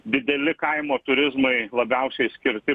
dideli kaimo turizmai labiausiai skirti